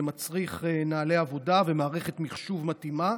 זה מצריך נוהלי עבודה ומערכת מחשוב מתאימה,